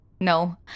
No